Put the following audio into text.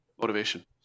Motivation